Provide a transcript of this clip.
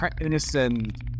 innocent